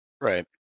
Right